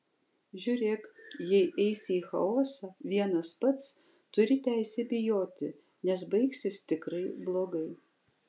žiūrėk jei eisi į chaosą vienas pats turi teisę bijoti nes baigsis tikrai blogai